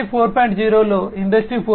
0 లో ఇండస్ట్రీ 4